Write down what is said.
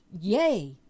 yay